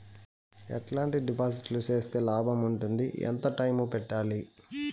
ఎట్లాంటి డిపాజిట్లు సేస్తే లాభం ఉంటుంది? ఎంత టైము పెట్టాలి?